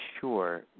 sure